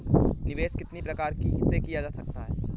निवेश कितनी प्रकार से किया जा सकता है?